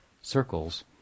circles